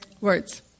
Words